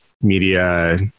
media